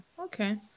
Okay